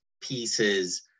pieces